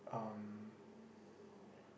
um